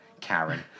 Karen